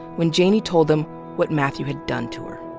when janey told them what mathew had done to her.